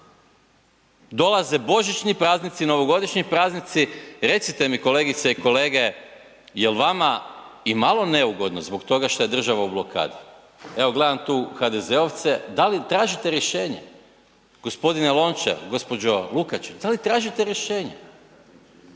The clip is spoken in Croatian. Dolaze božićni praznici, novogodišnji praznici, recite mi kolegice i kolege jel vama i malo neugodno zbog toga šta je država u blokadi. Evo gledam tu HDZ-ovce, da li tražite rješenje, g. Lončar, gđo. Lukačić, da li tražite rješenje?